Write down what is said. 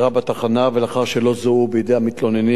ולאחר שלא זוהו בידי המתלוננים הם שוחררו.